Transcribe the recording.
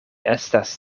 estas